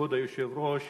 כבוד היושב-ראש,